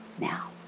Now